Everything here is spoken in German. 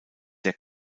der